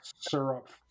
syrup